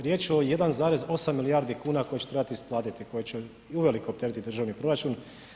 Riječ je o 1,8 milijardi kuna koje će trebati isplatiti, koje će uveliko opteretiti državni proračun.